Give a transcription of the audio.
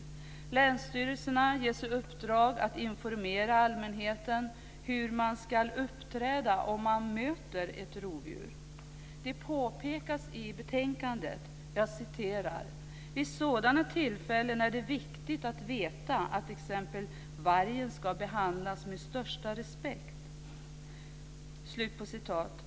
Man ger länsstyrelserna i uppdrag att informera allmänheten om hur man ska uppträda om man möter ett rovdjur. Det påpekas i betänkandet att "vid sådana tillfällen är det viktigt att veta att ex. vargen ska behandlas med största respekt".